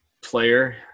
player